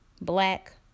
black